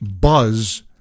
buzz